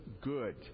good